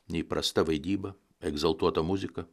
neįprasta vaidyba egzaltuota muzika